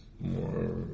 more